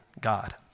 God